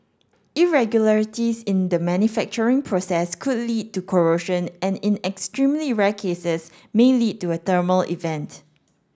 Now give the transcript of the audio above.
irregularities in the manufacturing process could lead to corrosion and in extremely rare cases may lead to a thermal event